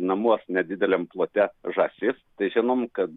namuos nedideliam plote žąsis tai žinom kad